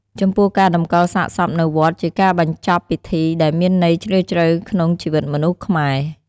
ចំពោះការតម្កលសាកសពនៅវត្តជាការបញ្ចប់ពិធីដែលមានន័យជ្រាលជ្រៅក្នុងជីវិតមនុស្សខ្មែរ។